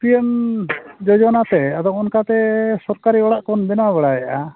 P M ᱡᱳᱡᱚᱱᱟ ᱛᱮ ᱟᱫᱚ ᱚᱱᱠᱟ ᱛᱮ ᱥᱚᱨᱠᱟᱨᱤ ᱚᱲᱟᱜ ᱠᱚᱵᱚᱱ ᱵᱮᱱᱟᱣ ᱵᱟᱲᱟᱭᱮᱫᱼᱟ